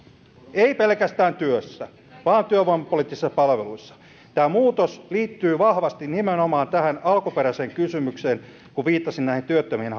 ei pelkästään työssä vaan työvoimapoliittisissa palveluissa tämä muutos liittyy vahvasti nimenomaan tähän alkuperäiseen kysymykseen kun viittasin näihin työttömien